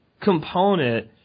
component